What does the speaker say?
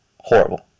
Horrible